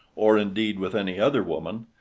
or indeed with any other woman,